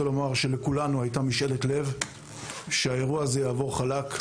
לכולנו הייתה משאלת לב שהאירוע הזה יעבור חלק,